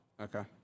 Okay